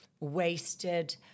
wasted